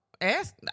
ask